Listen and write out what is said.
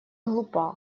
глупа